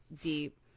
deep